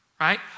right